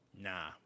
Nah